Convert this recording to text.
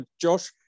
Josh